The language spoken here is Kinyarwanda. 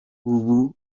ubu